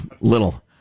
little